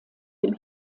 dem